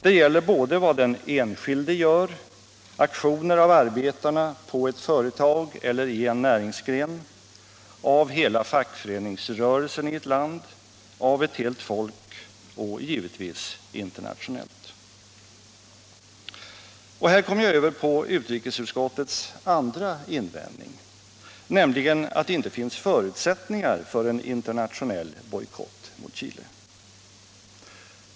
Det gäller både vad den enskilde gör, aktioner av arbetarna på ett företag eller i en näringsgren, av hela fackföreningsrörelsen i ett land, av ett helt folk och givetvis internationellt. Och här kommer jag över på utrikesutskottets andra invändning, nämligen att det inte finns förutsättningar för en internationell bojkott mot Chile.